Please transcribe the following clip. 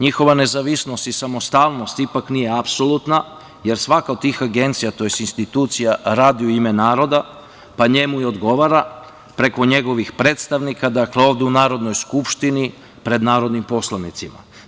Njihova nezavisnost i samostalnost ipak nije apsolutna, jer svaka od tih agencija tj. institucija radi u ime naroda, pa njemu i odgovara preko njegovih predstavnika, dakle ovde u Narodnoj skupštini, pred narodnim poslanicima.